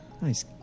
Nice